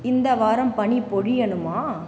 இந்த வாரம் பனி பொழியனுமா